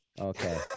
okay